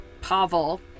Pavel